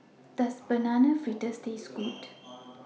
Does Banana Fritters Taste Good